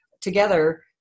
together